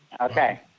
Okay